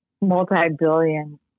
multi-billion